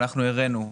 ואנחנו הראינו,